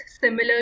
similar